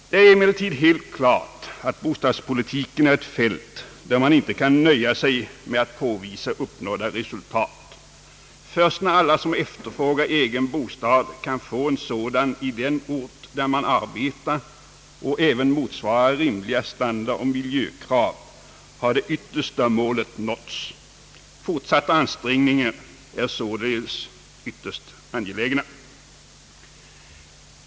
Det är emellertid helt klart att bostadspolitiken är ett fält där man inte kan nöja sig med att påvisa uppnådda resultat. Först när alla som efterfrågar egen bostad kan få en sådan i den ort där man arbetar och den även motsvarar rimliga standardoch miljökrav har det yttersta målet nåtts. Fortsatta ansträngningar är således ytterst angelägna.